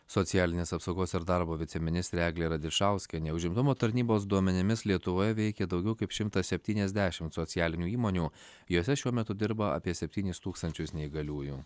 socialinės apsaugos ir darbo viceministrė eglė radišauskienė užimtumo tarnybos duomenimis lietuvoje veikė daugiau kaip šimtas septyniasdešimt socialinių įmonių jose šiuo metu dirba apie septynis tūkstančius neįgaliųjų